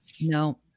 No